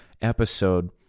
episode